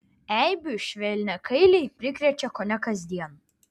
eibių švelniakailiai prikrečia kone kasdien